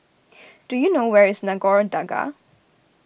do you know where is Nagore Dargah